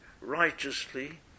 righteously